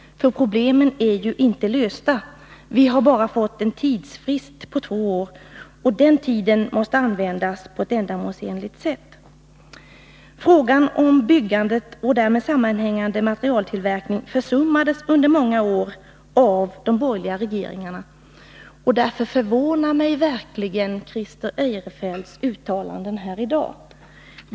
Problemen är ju inte lösta. Vi har bara fått en tidsfrist på två år, och den tiden måste användas på ett ändamålsenligt sätt. Frågan om byggandet och därmed sammanhängande materialtillverkning försummades under många år av de borgerliga regeringarna. Därför förvånar mig verkligen Christer Eirefelts uttalanden här i dag.